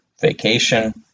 Vacation